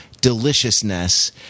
deliciousness